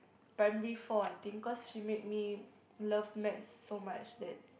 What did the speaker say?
primary four I think cause she made me love maths so much that